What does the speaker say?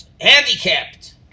handicapped